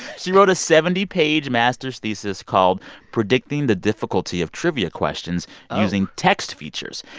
she wrote a seventy page master's thesis called predicting the difficulty of trivia questions using text features.